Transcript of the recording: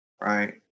right